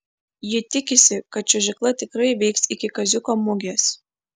ji tikisi kad čiuožykla tikrai veiks iki kaziuko mugės